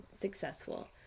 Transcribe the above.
successful